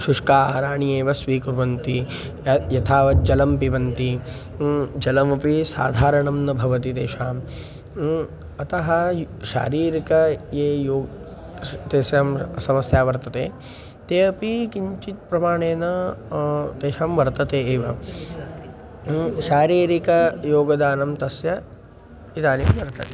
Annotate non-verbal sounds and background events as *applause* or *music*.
शुष्काहाराणि एव स्वीकुर्वन्ति य यथावत् जलं पिबन्ति जलमपि साधारणं न भवति तेषाम् अतः यु शारीरिक ये योग् *unintelligible* तस्याः समस्या वर्तते ते अपि किञ्चित् प्रमाणेन तेषां वर्तते एव शारीरिकयोगदानं तस्य इदानीं वर्तते